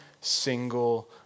single